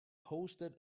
hosted